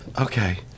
Okay